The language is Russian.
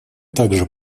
также